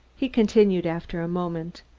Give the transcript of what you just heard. he continued after a moment.